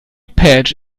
patch